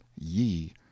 ye